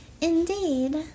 Indeed